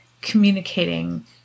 communicating